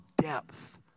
depth